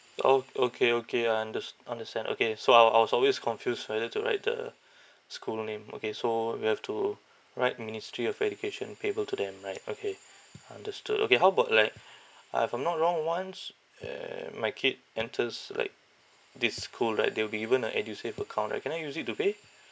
ok~ okay okay I unders~ understand okay so I wa~ I was always confused whether to write the school name okay so we have to write ministry of education payable to them right okay understood okay how about like uh if I'm not wrong once uh my kid enters like this school right they'll be given a edusave account right can I use it to pay